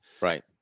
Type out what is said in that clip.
Right